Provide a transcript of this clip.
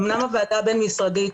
אמנם הוועדה הבין משרדית,